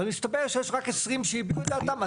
אבל מסתבר שיש רק 20 שאיבדו את דעתן,